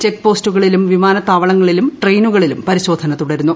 check പോസ്റ്റുകളിലും വിമാനത്താവളങ്ങളിലും ട്രെയിനുകളിലും പരിശോധന തുടരുന്നു